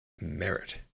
merit